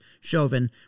Chauvin